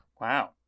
Wow